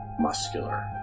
muscular